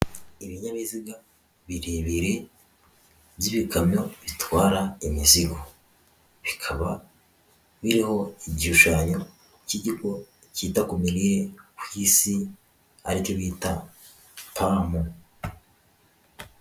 Ibinyabiziga birebire by'ibikamyo bitwara imizigo, bikaba biriho igishushanyo cy'ikigo kita ku mirire ku isi aricyo bita pamu.